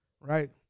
right